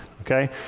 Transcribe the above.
okay